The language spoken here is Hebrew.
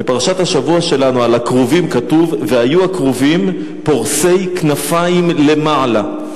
בפרשת השבוע שלנו על הכרובים כתוב: "והיו הכרֻבים פֹרשי כנפיִם למעלה".